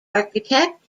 architect